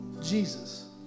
Jesus